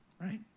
right